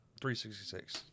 366